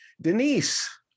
Denise